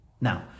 Now